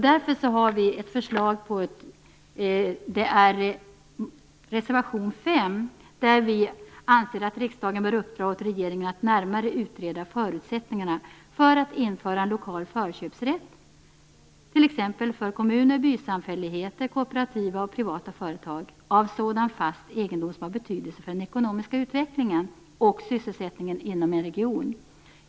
Därför har vi ett förslag i reservation 5, där vi anser att riksdagen bör uppdra åt regeringen att närmare utreda förutsättningarna för att införa en lokal förköpsrätt - för t.ex. kommuner, bysamfälligheter, kooperativ och privata företag - av sådan fast egendom som har betydelse för den ekonomiska utvecklingen och sysselsättningen inom en region.